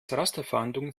rasterfahndung